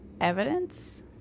evidence